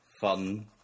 fun